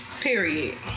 Period